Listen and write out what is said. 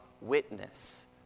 witness